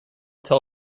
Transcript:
tell